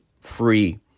free